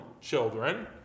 children